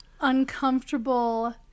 uncomfortable